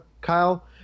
Kyle